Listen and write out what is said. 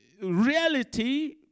reality